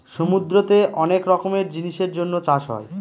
সমুদ্রতে অনেক রকমের জিনিসের জন্য চাষ হয়